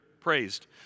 praised